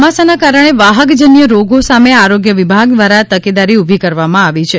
ચોમાસાના કારણે વાહકજન્ય રોગો સામે આરોગ્ય વિભાગ દ્વારા તકેદારી ઊભી કરવામં આવી છે